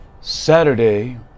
Saturday